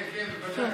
כן, כן, בוודאי.